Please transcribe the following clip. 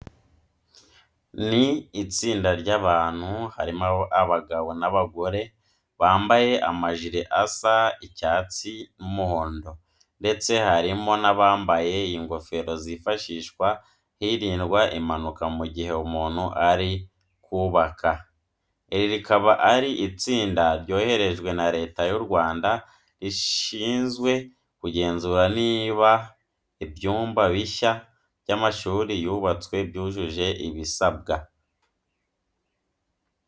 Ni itsinda ry'abantu harimo abagabo n'abagore, bambaye amajire asa icyatsi n'umuhondo, ndetse harimo n'abambaye ingofero zifashishwa hirindwa impanuka mu gihe umuntu ari kubaka. Iri rikaba ari itsinda ryoherejwe na Leta y'u Rwanda rishinzwe kugenzura niba ibyumba bishya by'amashuri byubatswe byujuje ibisabwa.